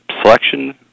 selection